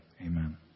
amen